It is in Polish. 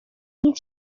nic